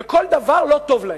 וכל דבר לא טוב להם.